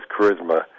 charisma